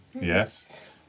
Yes